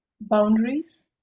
boundaries